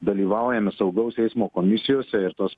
dalyvaujame saugaus eismo komisijose ir tos